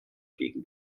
gegen